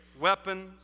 weapons